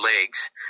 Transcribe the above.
legs